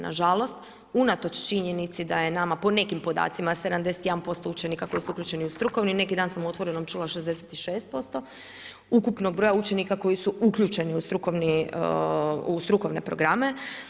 Nažalost unatoč činjenici da je nama po nekim podacima, 71% učenika koji su uključeni u strukovne, neki dan sam u Otvorenom čula 66% ukupnog broja učenika koji su uključeni u strukovne programe.